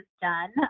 done